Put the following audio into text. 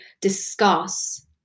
discuss